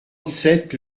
sept